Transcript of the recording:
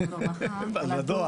הדואר.